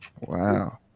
Wow